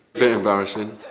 bit embarrassing!